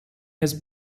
his